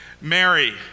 Mary